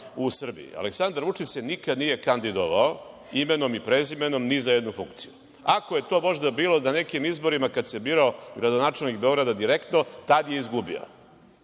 u Srbiji. Aleksandar Vučić se nikad nije kandidovao imenom i prezimenom ni za jednu funkciju. Ako je to možda bilo na nekim izborima kada se birao gradonačelnik Beograda direktno, tad je izgubio,